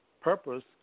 Purpose